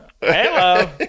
Hello